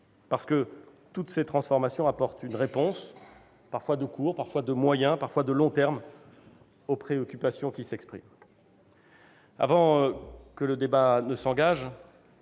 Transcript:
parce que toutes ces transformations apportent une réponse, parfois de court, parfois de moyen, parfois de long terme aux préoccupations qui s'expriment. Avant que le débat ne s'engage,